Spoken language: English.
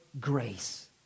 grace